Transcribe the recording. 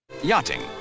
Yachting